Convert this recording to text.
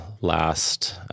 last